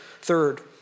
Third